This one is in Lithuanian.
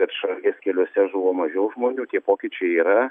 kad šalies keliuose žuvo mažiau žmonių tie pokyčiai yra